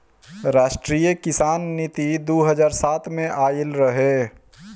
राष्ट्रीय किसान नीति दू हज़ार सात में आइल रहे